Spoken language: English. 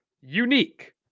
Unique